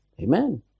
Amen